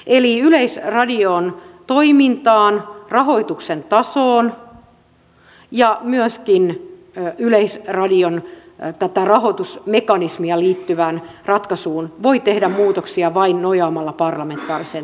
eli yleisradion toimintaan rahoituksen tasoon ja myöskin tähän yleisradion rahoitusmekanismiin liittyvään ratkaisuun voi tehdä muutoksia vain nojaamalla parlamentaariseen tukeen